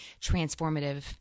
transformative